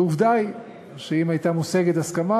ועובדה היא שאם הייתה מושגת הסכמה,